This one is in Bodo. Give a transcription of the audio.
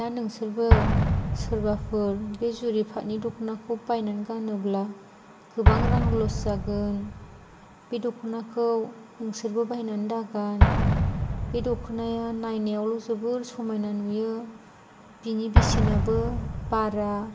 दा नोंसोरबो सोरबाफोर बे जुरि पातनि दख'नाखौ बायनानै गानोब्ला गोबां रां लस जागोन बे दख'नाखौ नोंसोरबो बायनानै दागान बे दख'नाया नायनायावल' जोबोर समायना नुयो बिनि बेसेनाबो बारा